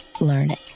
learning